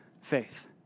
faith